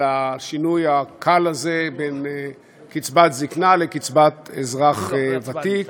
השינוי הקל הזה בין "קצבת זיקנה" ל"קצבת אזרח ותיק",